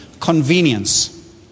convenience